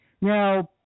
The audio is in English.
Now